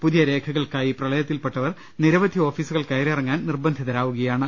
പുതിയ രേഖകൾക്കായി പ്രളയത്തിൽപ്പെട്ടവർ നിരവധി ഓഫീസുകൾ കയ റിയിറങ്ങാൻ നിർബന്ധിതരാവുകയാണ്